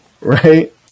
right